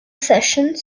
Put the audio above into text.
sessions